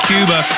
Cuba